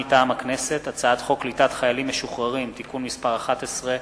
מטעם הכנסת: הצעת חוק קליטת חיילים משוחררים (תיקון מס' 11)